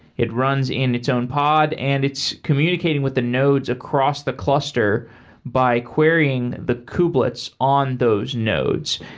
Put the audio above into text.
it runs in its own pod and it's communicating with the nodes across the cluster by querying the kublets on those nodes.